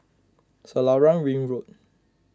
Selarang Ring Road